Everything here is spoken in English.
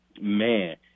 Man